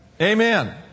Amen